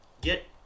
get